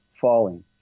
falling